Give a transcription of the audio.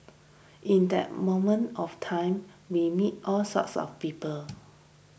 in that moment of time we meet all sorts of people